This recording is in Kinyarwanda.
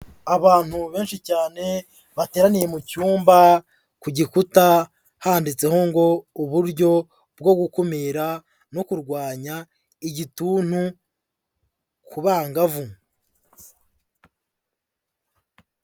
Abantu benshi cyane bateraniye mu cyumba, ku gikuta handitseho ngo uburyo bwo gukumira no kurwanya igituntu ku bangavu.